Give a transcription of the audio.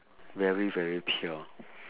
very very pure